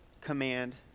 command